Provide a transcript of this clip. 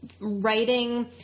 writing